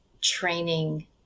training